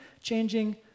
changing